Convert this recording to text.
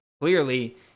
clearly